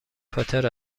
پاتر